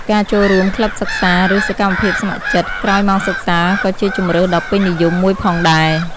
ការចូលរួម ក្លឹបសិក្សា ឬ សកម្មភាពស្ម័គ្រចិត្ត ក្រោយម៉ោងសិក្សាក៏ជាជម្រើសដ៏ពេញនិយមមួយផងដែរ។